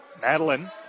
Madeline